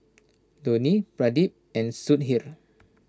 Dhoni Pradip and Sudhir